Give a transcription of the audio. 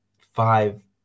five